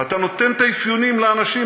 ואתה נותן את האפיונים לאנשים,